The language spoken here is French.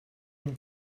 une